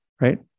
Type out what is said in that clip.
right